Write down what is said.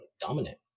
dominant